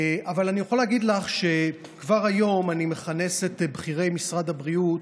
אבל אני יכול להגיד לך שכבר היום אני מכנס את בכירי משרד הבריאות,